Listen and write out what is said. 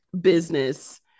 business